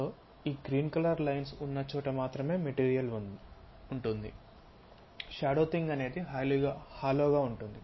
కాబట్టి ఈ green colour lines ఉన్న చోట మాత్రమే మెటీరీయల్ ఉంటుంది షాడో థింగ్ అనేది హాలో గా ఉంటుంది